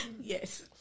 Yes